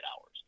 hours